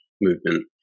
movement